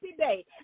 today